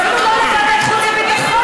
אפילו לא לוועדת החוץ והביטחון,